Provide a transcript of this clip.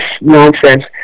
nonsense